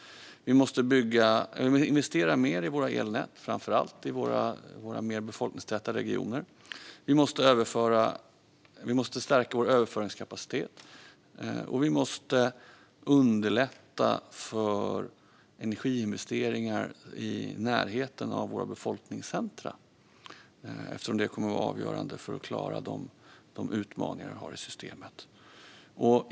Vi måste investera mer i våra elnät, framför allt i våra mer befolkningstäta regioner. Vi måste stärka vår överföringskapacitet, och vi måste underlätta för energiinvesteringar i närheten av våra befolkningscentrum eftersom det kommer att vara avgörande för att klara de utmaningar vi har i systemet.